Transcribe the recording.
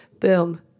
boom